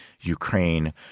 Ukraine